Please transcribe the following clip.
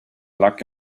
luck